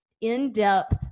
in-depth